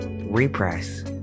Repress